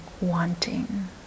wanting